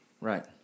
Right